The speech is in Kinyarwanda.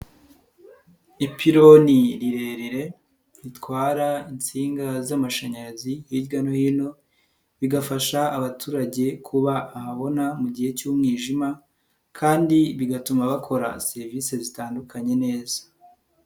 Ipironi rirerire ritwara insinga z'amashanyarazi hirya no hino bigafasha abaturage kuba ahabona mu gihe cy'umwijima kandi bigatuma bakora serivisi zitandukanye neza.